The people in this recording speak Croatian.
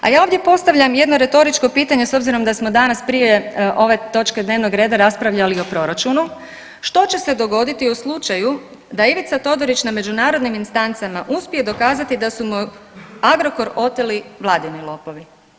A ja ovdje postavljam jedno retoričko pitanje s obzirom da smo danas prije ove točke dnevnog reda raspravljali o proračunu, što će se dogoditi u slučaju da Ivica Todorić na međunarodnim instancama uspije dokazati da su mu Agrokor oteli vladini lopovi?